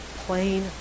plain